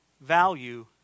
value